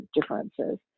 differences